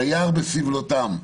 וירא בסבלותם...